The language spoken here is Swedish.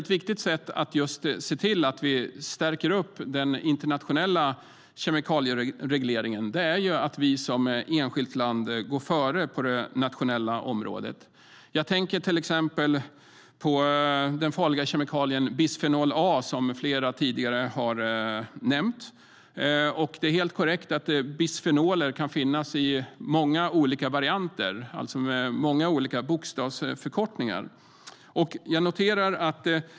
Ett viktigt sätt att stärka den internationella kemikalieregleringen på är att vi som enskilt land går före på det nationella området. Jag tänker till exempel på den farliga kemikalien bisfenol A, som flera har nämnt tidigare. Det är helt korrekt att bisfenoler kan finnas i många olika varianter, alltså med många olika bokstavsförkortningar.